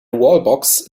wallbox